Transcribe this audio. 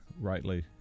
rightly